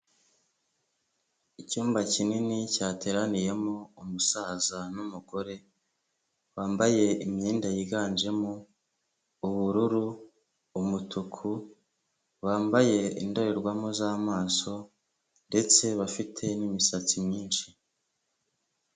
icyumba kinini cyateraniyemo umusaza n'umugore, bambaye imyenda yiganjemo ubururu, umutuku, wambaye indorerwamo z'amaso ndetse bafite n'imisatsi myinshi.